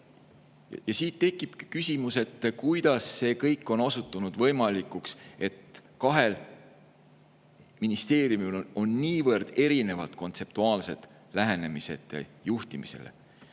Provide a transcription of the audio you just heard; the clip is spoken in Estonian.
pandud. Tekibki küsimus, kuidas see on osutunud võimalikuks, et kahel ministeeriumil on niivõrd erinevad kontseptuaalsed lähenemised juhtimisele.